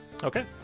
Okay